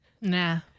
Nah